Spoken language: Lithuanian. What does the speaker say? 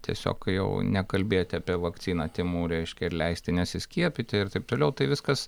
tiesiog jau nekalbėti apie vakciną tymų reiškia ir leisti nesiskiepyti ir taip toliau tai viskas